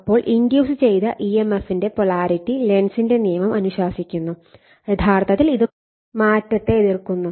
ഇപ്പോൾ ഇൻഡ്യൂസ് ചെയ്ത ഇഎംഎഫിന്റെ പൊളാരിറ്റി ലെൻസിന്റെ നിയമം അനുശാസിക്കുന്നു യഥാർത്ഥത്തിൽ ഇത് മാറ്റത്തെ എതിർക്കുന്നു